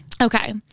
okay